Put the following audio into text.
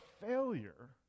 failure